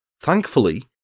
Thankfully